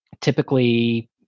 Typically